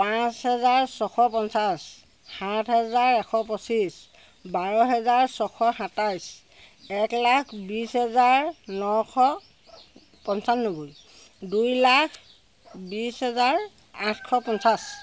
পাঁচ হেজাৰ ছশ পঞ্চাছ সাত হাজাৰ এশ পঁচিছ বাৰ হেজাৰ ছশ সাতাইছ এক লাখ বিছ হেজাৰ নশ পঁচান্নব্বৈ দুই লাখ বিছ হেজাৰ আঠশ পঞ্চাছ